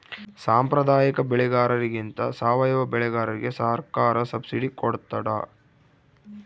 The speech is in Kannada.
ಸಾಂಪ್ರದಾಯಿಕ ಬೆಳೆಗಾರರಿಗಿಂತ ಸಾವಯವ ಬೆಳೆಗಾರರಿಗೆ ಸರ್ಕಾರ ಸಬ್ಸಿಡಿ ಕೊಡ್ತಡ